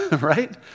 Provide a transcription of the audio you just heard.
right